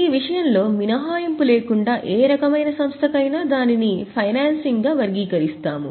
ఈ విషయంలో మినహాయింపు లేకుండా ఏ రకమైన సంస్థకైనా దానిని ఫైనాన్సింగ్గా వర్గీకరిస్తాము